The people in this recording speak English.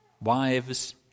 Wives